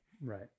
Right